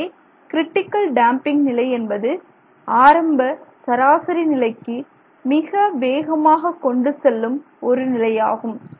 எனவே critical damping நிலை என்பது ஆரம்ப சராசரி நிலைக்கு மிக வேகமாக கொண்டு செல்லும் ஒரு நிலையாகும்